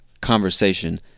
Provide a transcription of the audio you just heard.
conversation